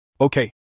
Okay